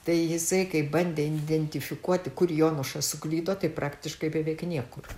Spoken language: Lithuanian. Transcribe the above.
tai jisai kai bandė identifikuoti kur jonušas suklydo tai praktiškai beveik niekur